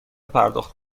پرداخت